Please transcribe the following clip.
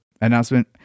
announcement